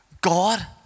God